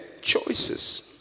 choices